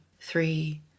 three